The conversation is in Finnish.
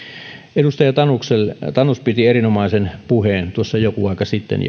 edustaja tanus piti erinomaisen puheen joku aika sitten